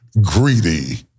greedy